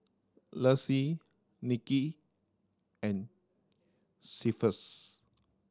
Lexie Nikki and Cephus